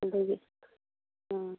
ꯑꯗꯨꯒꯤ ꯑꯥ